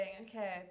okay